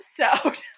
episode